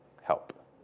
help